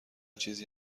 چیزی